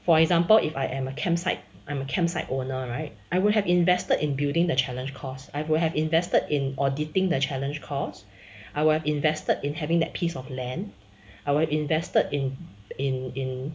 for example if I am a campsite I'm a campsite owner right I will have invested in building the challenge course I will have invested in auditing the challenge course I will have invested in having that piece of land I will invested in in in